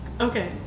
Okay